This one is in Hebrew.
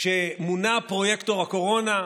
כשמונה פרויקטור הקורונה,